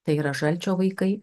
tai yra žalčio vaikai